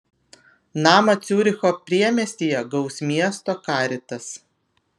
namą ciuricho priemiestyje gaus miesto caritas